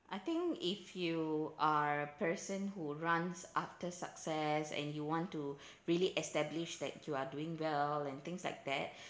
I think if you are a person who runs after success and you want to really establish that you are doing well and things like that